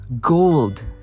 gold